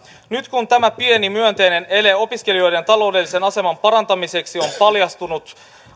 nyt kun tämä pieni myönteinen ele opiskelijoiden taloudellisen aseman parantamiseksi on on paljastunut